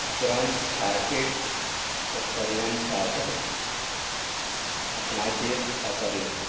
उपरांत फारपेट करतल्यान शस्त्र आपणाचेर वापरलें